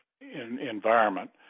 environment